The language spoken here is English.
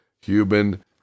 human